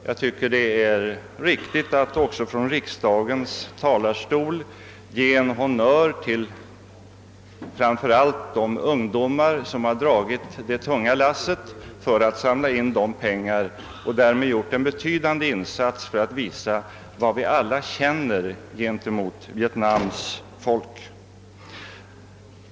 Jag tycker att det är viktigt att också från riksdagens talarstol ge en honnör till framför allt de ungdomar som dragit det tunga lasset för att samla in dessa pengar och som därmed gjort en betydande insats för att visa vad vi alla känner gentemot Vietnams folk.